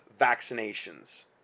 vaccinations